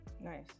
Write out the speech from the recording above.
nice